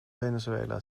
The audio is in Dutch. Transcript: venezuela